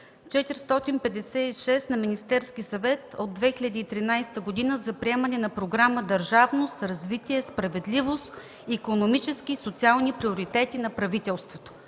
456 на Министерския съвет от 2013 г. за приемане на Програма „Държавност, развитие, справедливост. Икономически и социални приоритети на правителството”.